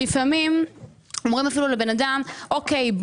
לפעמים אומרים אפילו לבן אדם אוקיי,